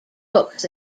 books